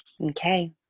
Okay